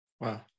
Wow